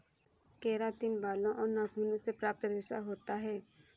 keratin बालों और नाखूनों से प्राप्त रेशा होता है